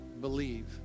believe